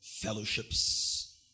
fellowships